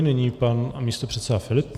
Nyní pan místopředseda Filip.